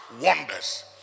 wonders